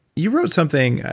you wrote something,